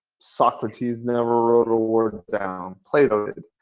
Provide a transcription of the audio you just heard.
socrates never wrote a word down, plato did.